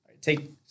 Take